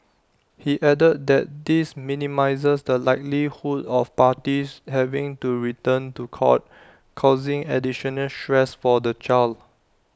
he added that this minimises the likelihood of parties having to return to court causing additional stress for the child